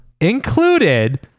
included